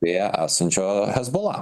joje esančio hezbola